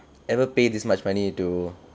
ever pay this much money to